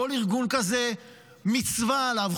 כל ארגון כזה מצווה עליו,